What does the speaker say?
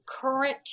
current